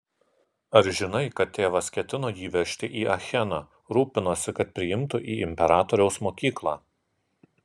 ar žinai kad tėvas ketino jį vežti į acheną rūpinosi kad priimtų į imperatoriaus mokyklą